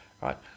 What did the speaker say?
right